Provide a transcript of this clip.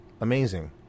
amazing